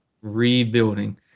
rebuilding